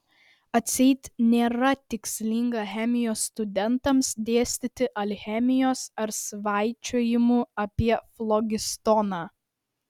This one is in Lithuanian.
atseit nėra tikslinga chemijos studentams dėstyti alchemijos ar svaičiojimų apie flogistoną